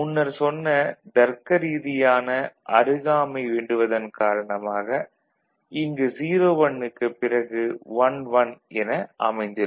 முன்னர் சொன்ன தருக்க ரீதியான அருகாமை வேண்டுவதன் காரணமாக இங்கு 01 க்கு பிறகு 11 என அமைந்திருக்கும்